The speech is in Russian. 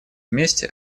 вместе